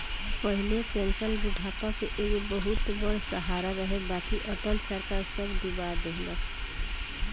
पहिले पेंशन बुढ़ापा के एगो बहुते बड़ सहारा रहे बाकि अटल सरकार सब डूबा देहलस